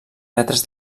metres